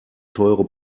teure